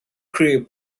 creep